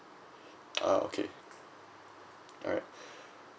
ah okay alright